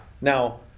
Now